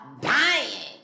dying